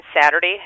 Saturday